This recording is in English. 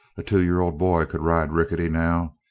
a two-year-old boy could ride rickety now.